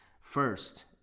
first